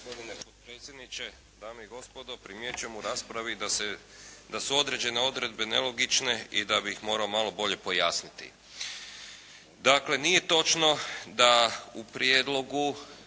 Dakle, nije točno da u prijedlogu,